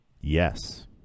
Yes